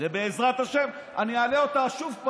ובעזרת השם אני אעלה אותה שוב,